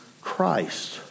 Christ